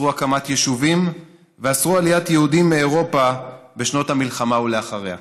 אסרו הקמת יישובים ואסרו עליית יהודים מאירופה בשנות המלחמה ואחריה.